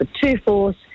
two-fourths